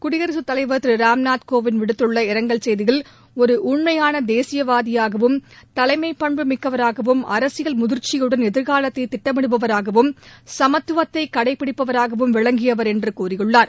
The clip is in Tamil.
குடியரசுத் தலைவர் திரு ராம்நாத்கோவிந்த் விடுத்துள்ள இரங்கல் செய்தியில் ஒரு உண்மையாள தேசியவாதியாகவும் தலைம் பண்பு மிக்கவராகும் அரசியல் முதிற்சியுடன் எதிர்காலத்தை திட்டமிடுபவராகவும் சமத்துவதை கடைப்பிடிப்பவராகும் விளங்கியவர் என்று கூறியுள்ளார்